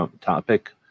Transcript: topic